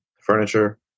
furniture